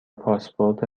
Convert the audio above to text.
پاسپورت